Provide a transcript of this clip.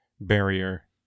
barrier